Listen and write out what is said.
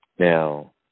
Now